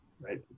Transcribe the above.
right